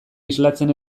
islatzen